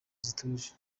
zituje